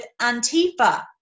Antifa